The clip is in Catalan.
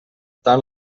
tant